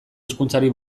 hizkuntzari